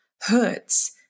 hurts